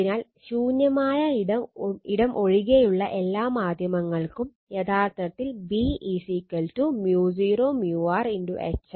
അതിനാൽ ശൂന്യമായ ഇടം ഒഴികെയുള്ള എല്ലാ മാധ്യമങ്ങൾക്കും യഥാർത്ഥത്തിൽ B μ0 μr H